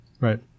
Right